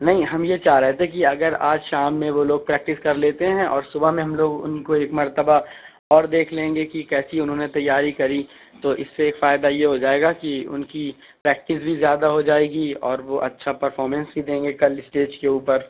نہیں ہم یہ چاہ رہے تھے کہ اگر آج شام میں وہ لوگ پریکٹس کر لیتے ہیں اور صبح میں ہم لوگ ان کو ایک مرتبہ اور دیکھ لیں گے کہ کیسی انہوں نے تیاری کری تو اس سے ایک فائدہ یہ ہوجائے گا کہ ان کی پریکٹس بھی زیادہ ہو جائے گی اور وہ اچھا پرفارمینس بھی دیں گے کل اسٹیج کے اوپر